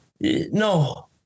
No